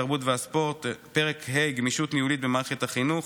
התרבות והספורט: פרק ה' גמישות ניהולית במערכת החינוך.